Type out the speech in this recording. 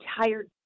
entire